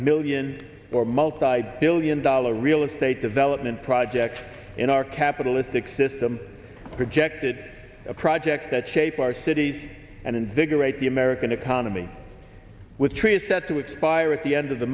million or multibillion dollar real estate development projects in our capitalistic system projected a project that shape our city and invigorate the american economy with tree is set to expire at the end of the